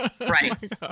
Right